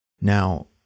Now